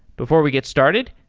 before we get started,